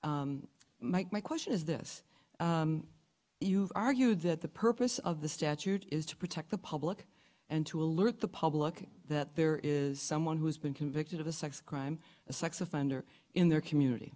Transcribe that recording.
felony my question is this you've argued that the purpose of the statute is to protect the public and to alert the public that there is someone who has been convicted of a sex crime a sex offender in their community